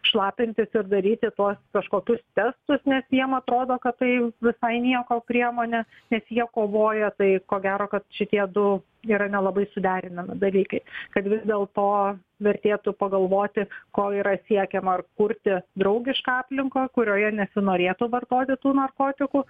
šlapintis ir daryti tuos kažkokius testus nes jiem atrodo kad tai visai nieko priemonė nes jie kovoja tai ko gero kad šitie du yra nelabai suderinami dalykai kad vis dėl to vertėtų pagalvoti ko yra siekiama ar kurti draugišką aplinką kurioje nesinorėtų vartoti tų narkotikų